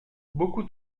beaucoup